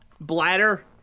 Bladder